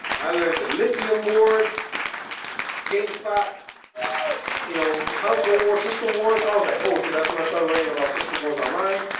i learned the lithium boards gamespot you know council war system wars i was like, oh shit that's when i started learning about system wars online,